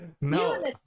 no